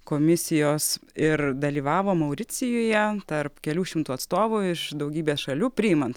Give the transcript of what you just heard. komisijos ir dalyvavo mauricijuje tarp kelių šimtų atstovų iš daugybės šalių priimant